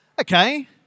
Okay